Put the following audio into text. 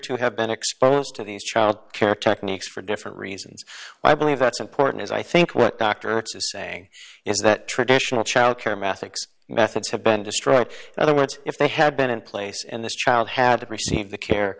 to have been exposed to these child care techniques for different reasons i believe that's important as i think what dr to say is that traditional childcare methinks methods have been destroyed in other words if they had been in place and this child had received the